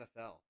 NFL